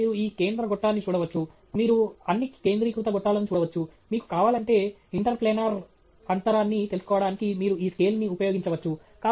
ఆపై మీరు ఈ కేంద్ర గొట్టాన్ని చూడవచ్చు మీరు అన్ని కేంద్రీకృత గొట్టాలను చూడవచ్చు మీకు కావాలంటే ఇంటర్ప్లానార్ అంతరాన్ని తెలుసుకోవడానికి మీరు ఈ స్కేల్ని ఉపయోగించవచ్చు